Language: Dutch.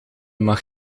mag